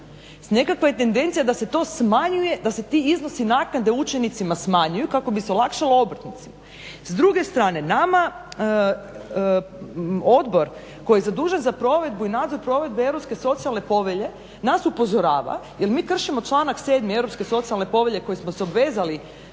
Nekakva je tendencija da se to smanjuje, da se ti iznosi naknade učenicima smanjuju kako bi se olakšalo obrtnicima. S druge strane odbor koji je zadužen za provedbu i nadzor provedbe Europske socijalne povelje nas upozorava jer mi kršimo članak 7. Europske socijalne povelje koji smo se obvezali